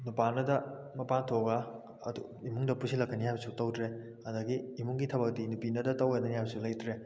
ꯅꯨꯄꯥꯅꯗ ꯃꯄꯥꯟ ꯊꯣꯛꯑꯒ ꯑꯗꯨ ꯏꯃꯨꯡꯗ ꯄꯨꯁꯤꯜꯂꯛꯀꯅꯤ ꯍꯥꯏꯕꯁꯨ ꯇꯧꯗ꯭ꯔꯦ ꯑꯗꯒꯤ ꯏꯃꯨꯡꯒꯤ ꯊꯕꯛꯇꯤ ꯅꯨꯄꯤꯅꯗ ꯇꯧꯒꯅꯤ ꯍꯥꯏꯕꯁꯨ ꯂꯩꯇ꯭ꯔꯦ